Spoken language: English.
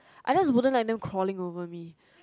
I just wouldn't like them crawling over me